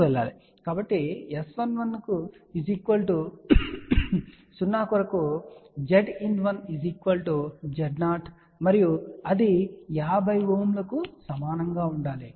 కాబట్టి S11 0 కొరకు Zin1 Z0 మరియు అది 50 Ω కు సమానంగా ఉండాలి